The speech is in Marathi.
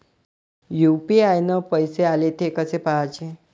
यू.पी.आय न पैसे आले, थे कसे पाहाचे?